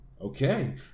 okay